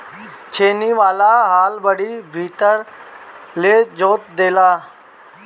छेनी वाला हल बड़ी भीतर ले जोत देला